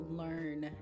learn